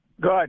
Good